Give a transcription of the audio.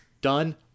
done